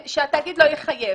לזה שהתאגיד לא יחייב.